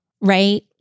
Right